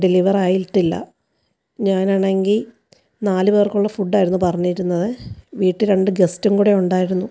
deliver ആയിട്ടില്ല ഞാനാണെങ്കിൽ നാല് പേർക്കുള്ള ഫുഡ് ആയിരുന്നു പറഞ്ഞിരുന്നത് വീട്ടിൽ രണ്ട് ഗെസ്റ്റും കൂടി ഉണ്ടായിരുന്നു